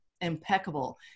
impeccable